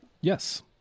Yes